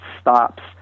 stops